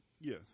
Yes